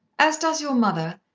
as does your mother,